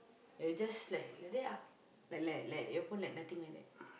it will just like like that lah like like your phone nothing like that